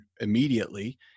immediately